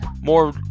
more